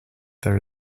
there